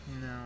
No